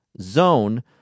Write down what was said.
zone